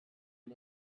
and